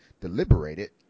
deliberated